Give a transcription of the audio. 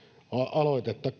aloitetta